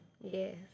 Yes